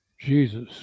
Jesus